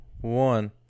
one